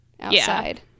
outside